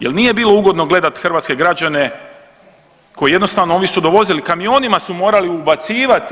Jer nije bilo ugodno gledati hrvatske građane koji jednostavno oni su dovozili, kamionima su morali ubacivati.